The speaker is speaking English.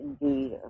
indeed